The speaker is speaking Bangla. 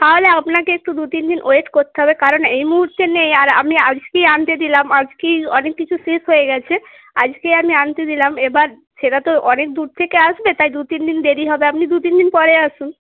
তাহলে আপনাকে একটু দু তিন দিন ওয়েট করতে হবে কারণ এই মুহূর্তে নেই আর আমি আজকেই আনতে দিলাম আজকেই অনেক কিছু শেষ হয়ে গেছে আজকেই আমি আনতে দিলাম এবার সেটা তো অনেক দূর থেকে আসবে তাই দু তিন দিন দেরি হবে আপনি দু তিন দিন পরে আসুন